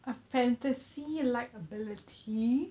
a fantasy like ability